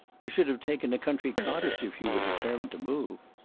you should have taken a country cottage if you were determined to move